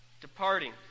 departing